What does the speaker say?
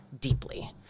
deeply